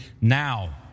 now